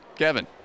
Kevin